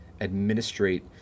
administrate